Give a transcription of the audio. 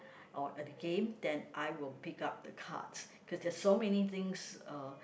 or at the game then I will pick up the cards cause there are so many things uh